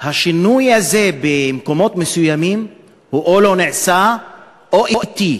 השינוי הזה במקומות מסוימים הוא או לא נעשה או שהוא אטי.